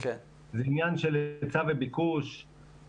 זה עניין של היצע וביקוש,